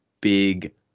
big